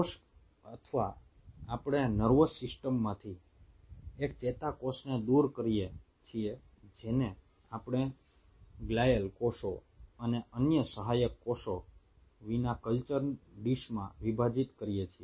કોષ અથવા આપણે નર્વસ સિસ્ટમમાંથી એક ચેતાકોષને દૂર કરીએ છીએ જેને આપણે ગ્લિઅલ કોષો અને અન્ય સહાયક કોષો વિના કલ્ચર ડીશમાં વિભાજીત કરીએ છીએ